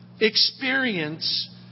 experience